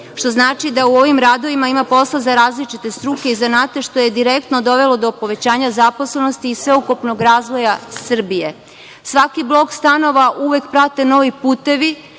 što znači da u ovim radovima ima posla za različite struke i zanate što je direktno dovelo do povećanja zaposlenosti i sveukupnog razvoja Srbije. Svaki blok stanova uvek prate novi putevi,